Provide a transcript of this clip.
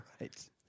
Right